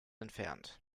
entfernt